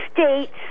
states